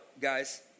guys